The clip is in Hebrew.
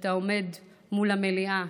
שאתה עומד מול המליאה